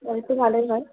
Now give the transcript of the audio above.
তবে তো ভালোই হয়